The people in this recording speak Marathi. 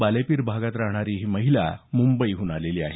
बालेपीर भागात राहणारी ही महिला मुंबईहन आलेली आहे